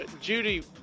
Judy